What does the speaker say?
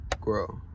grow